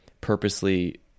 purposely